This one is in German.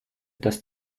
das